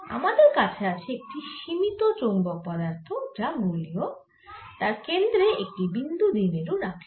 আমাদের কাছে আছে একটি সীমিত চৌম্বক পদার্থ যা গোলীয় তার কেন্দ্রে একটি বিন্দু দ্বিমেরু রাখলাম